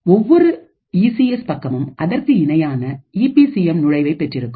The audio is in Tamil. ஒவ்வொரு ஈ சி எஸ் பக்கமும் அதற்கு இணையான ஈபி சி எம்ஐ நுழைவை பெற்றிருக்கும்